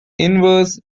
inverse